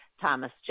Thomas